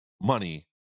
money